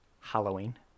Halloween